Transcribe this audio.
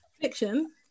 Fiction